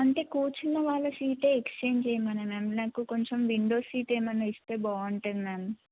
అంటే కూర్చున్న వాళ్ళ సీటే ఎక్స్చేంజ్ ఇయ్యమనండి మ్యామ్ నాకు కొంచెం విండో సీట్ ఏమైనా ఇస్తే బాగుంటుంది మ్యామ్